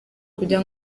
kugira